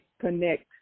connect